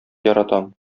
яратам